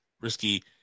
risky